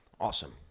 Awesome